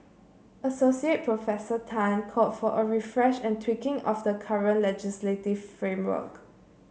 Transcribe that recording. Assoc Professor Tan called for a refresh and tweaking of the current legislative framework